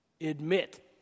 Admit